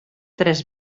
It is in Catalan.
tres